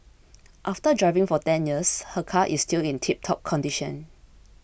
after driving for ten years her car is still in tiptop condition